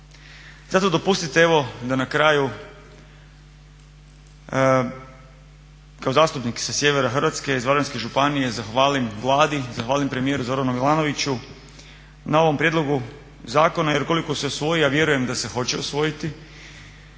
Zato dopustite da evo kao zastupnik sa sjevera Hrvatske iz Varaždinske županije zahvalim Vladi, zahvalim premijeru Zoranu Milanoviću na ovom prijedlogu zakona jer ukoliko se usvoji, a vjerujem da se hoće usvojiti,